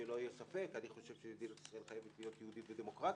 אני חושב שמדינת ישראל חייבת להיות יהודית ודמוקרטית,